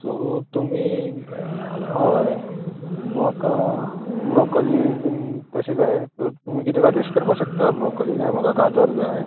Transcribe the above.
so तुमी हय म्हाका ब्रोकॉली बीन तशें जाय तर तुमी कितें सजॅश्ट करपा शकता ब्रोकॉली जाय म्हाका गाजर जाय